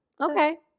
Okay